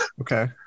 Okay